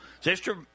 Sister